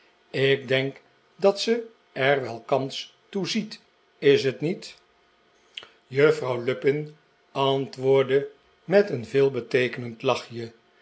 ik denk r dat ze er wel kans toe ziet is het niet juffrouw lupin antwoordde met een veelbeteekenend lachje